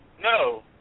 no